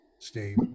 Steve